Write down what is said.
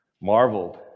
Marveled